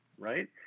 Right